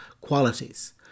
qualities